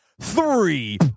three